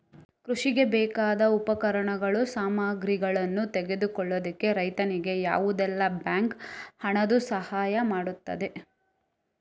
ಕೃಷಿಗೆ ಬೇಕಾದ ಉಪಕರಣಗಳು, ಸಾಮಗ್ರಿಗಳನ್ನು ತೆಗೆದುಕೊಳ್ಳಿಕ್ಕೆ ರೈತನಿಗೆ ಯಾವುದೆಲ್ಲ ಬ್ಯಾಂಕ್ ಹಣದ್ದು ಸಹಾಯ ಮಾಡ್ತದೆ?